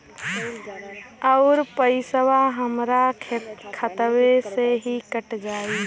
अउर पइसवा हमरा खतवे से ही कट जाई?